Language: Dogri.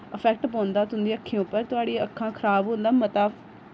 इफैक्ट पौंदा तुं'दियें अक्खियें उप्पर थुआढ़ियां अक्खां खराब होने दा मता